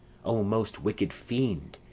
o most wicked fiend!